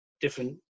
different